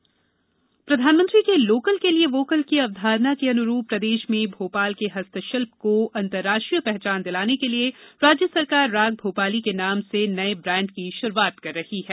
vocal for local प्रधानमंत्री के local के लिए वोकल की अवधारणा के अनुरूप प्रदेश में भोपाल के हस्त शिल्प को अंतर्राष्ट्रीय पहचान दिलाने के लिए राज्य सरकार राग भोपाली के नाम से नए ब्रांड की शुरुआत कर रही है